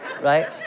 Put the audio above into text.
right